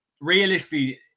Realistically